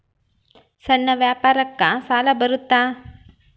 ಸಣ್ಣ ವ್ಯಾಪಾರಕ್ಕ ಸಾಲ ಬರುತ್ತಾ?